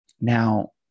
Now